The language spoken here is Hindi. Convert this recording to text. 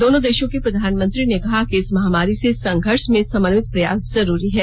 दोनों देषों के प्रधानमंत्री ने कहा कि इस महामारी से संघर्ष में समन्वित प्रयास जरूरी है